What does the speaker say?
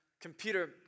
computer